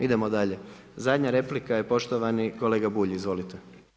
Idemo dalje, zadnja replika je poštovani kolega Bulj, izvolite.